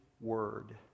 word